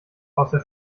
außer